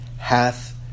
hath